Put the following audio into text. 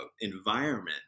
environment